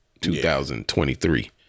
2023